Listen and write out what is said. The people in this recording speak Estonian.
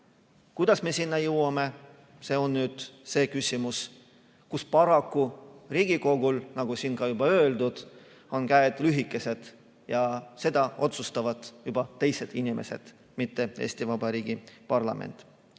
Kuidas me sinna jõuame? See on nüüd küsimus, kus paraku Riigikogul, nagu siin juba öeldud, on käed lühikesed. Seda otsustavad juba teised inimesed, mitte Eesti Vabariigi parlament.